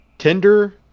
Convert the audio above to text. Tinder